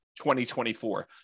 2024